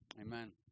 Amen